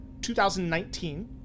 2019